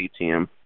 ATM